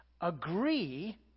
agree